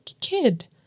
kid